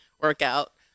workout